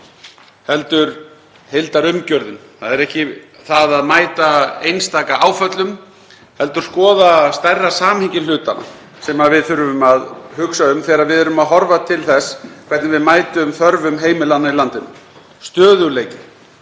heldur heildarumgjörðin sem skiptir máli, ekki að mæta einstaka áföllum heldur skoða stærra samhengi hlutanna sem við þurfum að hugsa um þegar við erum að horfa til þess hvernig við mætum þörfum heimilanna í landinu. Stöðugleiki,